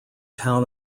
town